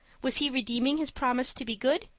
was he redeeming his promise to be good?